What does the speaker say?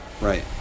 Right